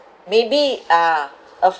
maybe uh of